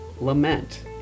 lament